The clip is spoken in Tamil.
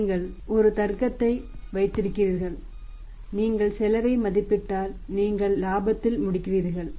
நீங்கள் ஒரு தர்க்கத்தை வைத்திருக்கிறீர்கள் நீங்கள் செலவை மதிப்பிட்டால் நீங்கள் லாபத்தில் முடிகிறீர்கள்